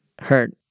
hurt